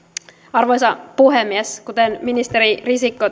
arvoisa puhemies kuten ministeri risikko